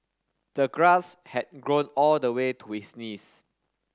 the grass had grown all the way to his knees